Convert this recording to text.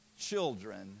children